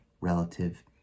relative